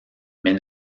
mais